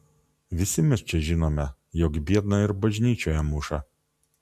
visi mes čia žinome jog biedną ir bažnyčioje muša